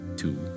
two